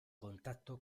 contacto